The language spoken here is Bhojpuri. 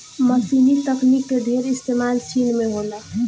मशीनी तकनीक के ढेर इस्तेमाल चीन में होला